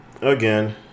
again